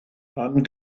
pan